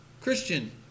Christian